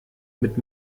mit